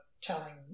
telling